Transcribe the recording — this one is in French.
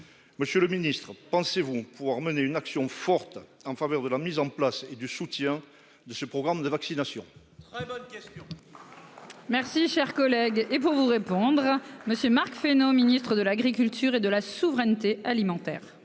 Monsieur le Ministre, pensez-vous pouvoir mener une action forte en faveur de la mise en place et du soutien de ce programme de vaccination.